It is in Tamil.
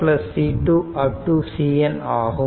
CN ஆகும்